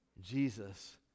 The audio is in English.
Jesus